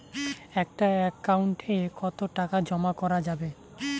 একটা একাউন্ট এ কতো টাকা জমা করা যাবে?